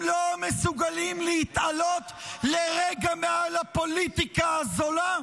לא מסוגלים להתעלות לרגע מעל הפוליטיקה הזולה?